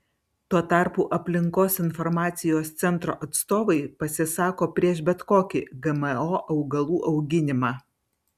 tuo tarpu aplinkos informacijos centro atstovai pasisako prieš bet kokį gmo augalų auginimą